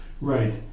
Right